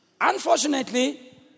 unfortunately